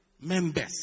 members